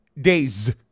days